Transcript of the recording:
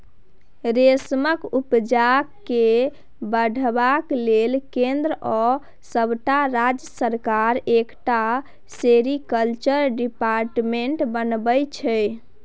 रेशमक उपजा केँ बढ़ाबै लेल केंद्र आ सबटा राज्य सरकार एकटा सेरीकल्चर डिपार्टमेंट बनेने छै